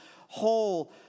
whole